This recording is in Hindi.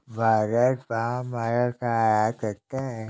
भारत पाम ऑयल का आयात करता है